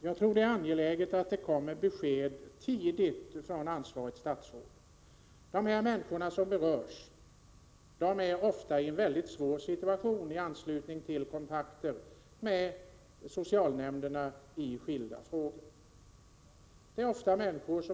Herr talman! Jag tror det är angeläget att det tidigt kommer ett besked från det ansvariga statsrådet. De människor som berörs är ofta i en svår situation när de tar kontakt med socialnämnderna i skilda frågor.